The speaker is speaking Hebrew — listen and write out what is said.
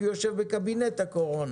כי הוא יושב בקבינט הקורונה.